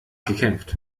gekämpft